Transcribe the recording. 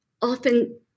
often